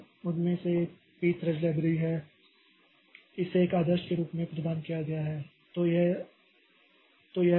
तो उनमें से एक यह Pthreads लाइबरेरी है और इसे एक आदर्श के रूप में प्रदान किया गया है